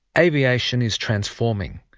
aviation is transforming.